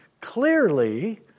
clearly